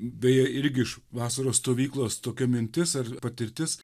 beje irgi iš vasaros stovyklos tokia mintis ar patirtis